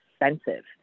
expensive